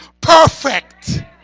perfect